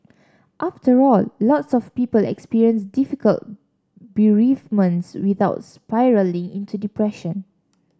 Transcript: after all lots of people experience difficult bereavements without spiralling into depression